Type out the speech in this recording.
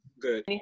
Good